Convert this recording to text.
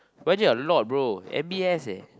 Y_J a lot bro M_B_S leh